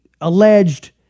alleged